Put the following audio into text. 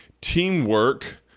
Teamwork